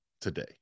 today